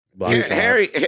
Harry